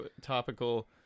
topical